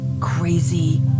crazy